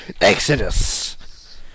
Exodus